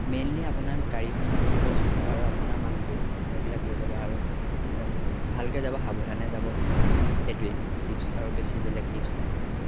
mainly আপোনাৰ গাড়ীখনৰ বস্তু আৰু আপোনাৰ মানুহটো সেইবিলাক লৈ যাব আৰু ভালকে যাব সাৱধানে যাব সেইটোৱেই টিপছ আৰু বেছি বেলেগ টিপছ নাই